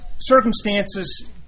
Circumstances